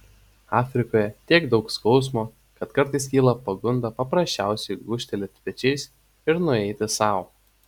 afrikoje tiek daug skausmo kad kartais kyla pagunda paprasčiausiai gūžtelėti pečiais ir nueiti sau